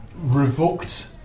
revoked